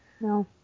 No